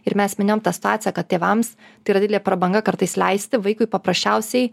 ir mes minėjom tą situaciją kad tėvams tai yra didelė prabanga kartais leisti vaikui paprasčiausiai